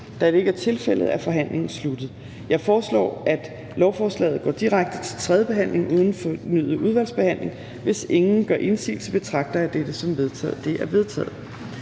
Da det ikke er tilfældet, er forhandlingen sluttet. Jeg foreslår, at lovforslaget går direkte til tredjebehandling uden fornyet udvalgsbehandling. Hvis ingen gør indsigelse, betragter jeg dette som vedtaget.